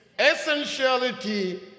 essentiality